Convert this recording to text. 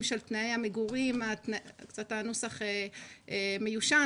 של תנאי המגורים הנוסח קצת מיושן,